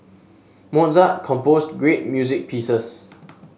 Mozart composed great music pieces